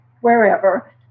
wherever